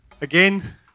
again